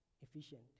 efficient